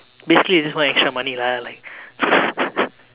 basically is just want extra money lah like